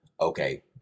Okay